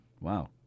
Wow